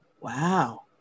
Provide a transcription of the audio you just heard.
wow